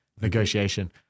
negotiation